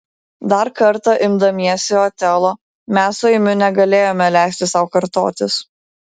dar kartą imdamiesi otelo mes su eimiu negalėjome leisti sau kartotis